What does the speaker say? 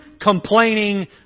complaining